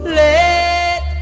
let